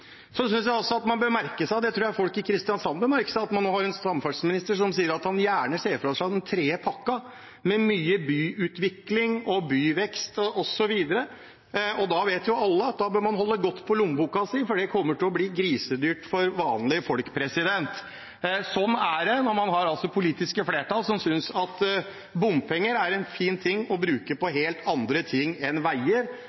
Jeg synes også man bør merke seg – og det tror jeg folk i Kristiansand bør merke seg – at man nå har en samferdselsminister som sier at han gjerne ser for seg den tredje pakken med mye byutvikling, byvekst osv. Da vet alle at man bør holde godt på lommeboken sin, for det kommer til å bli grisedyrt for vanlige folk. Sånn er det når man har et politisk flertall som synes at bompenger er det fint å bruke på